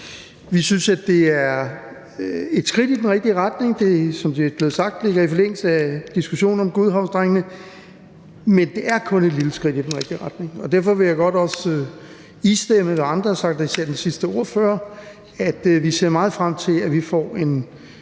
vi synes, det er et skridt i den rigtige retning, som det er blevet sagt i forlængelse af diskussionen om godhavnsdrengene. Men det er kun et lille skridt i den rigtige retning, og derfor vil jeg godt istemme, hvad andre har sagt, især den